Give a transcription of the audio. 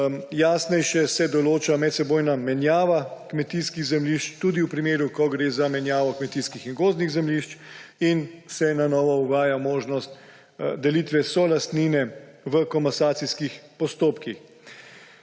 Jasneje se določa medsebojna menjava kmetijskih zemljišč tudi v primeru, ko gre za menjavo kmetijskih in gozdnih zemljišč, in na novo se uvaja možnost delitve solastnine v komasacijskih postopkih.